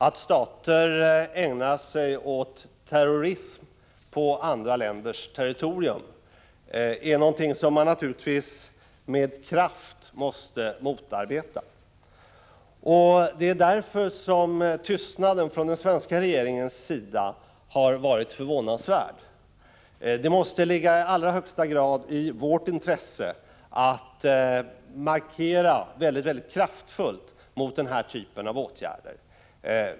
Att stater ägnar sig åt terrorism på andra länders territorium är någonting som man naturligtvis med kraft måste motarbeta. Därför är tystnaden från den svenska regeringens sida förvånansvärd. Det måste i allra högsta grad ligga i vårt intresse att markera mycket kraftfullt mot den här typen av åtgärder.